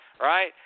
right